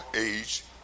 age